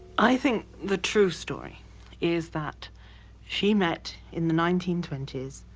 i think the true story is that she met, in the nineteen twenty s,